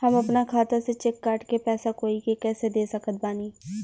हम अपना खाता से चेक काट के पैसा कोई के कैसे दे सकत बानी?